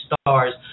Stars